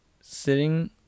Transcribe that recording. sitting